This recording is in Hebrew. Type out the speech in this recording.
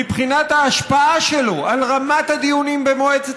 מבחינת ההשפעה שלו על רמת הדיונים במועצת